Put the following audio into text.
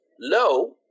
low